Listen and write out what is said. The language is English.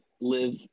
live